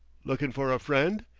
lookin' for a friend?